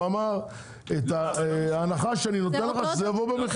הוא אמר שאת ההנחה שאני נותן לך שזה יבוא במחיר.